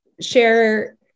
share